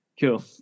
cool